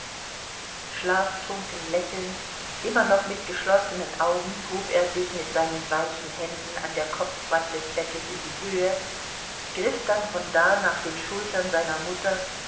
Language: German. schlaftrunken lächelnd immer noch mit geschlossenen augen hob er sich mit seinen weichen händen an der kopfwand des bettes in die höhe griff dann von da nach den schultern seiner mutter